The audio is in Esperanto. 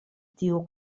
tiu